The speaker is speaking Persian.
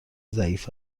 ضعیف